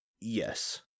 yes